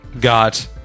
got